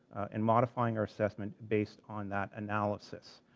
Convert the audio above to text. and modifying our assessment based on that analysis.